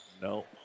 No